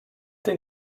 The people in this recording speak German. den